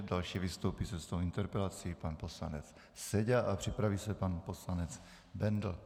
Další vystoupí se svou interpelací pan poslanec Seďa a připraví se pan poslanec Bendl.